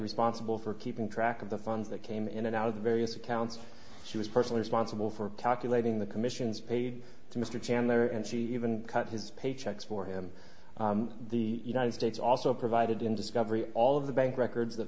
responsible for keeping track of the funds that came in and out of the various accounts she was personally responsible for calculating the commissions paid to mr chandler and she even cut his paychecks for him the united states also provided in discovery all of the bank records th